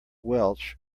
welsh